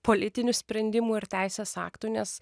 politinių sprendimų ir teisės aktų nes